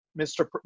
Mr